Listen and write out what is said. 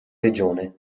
regione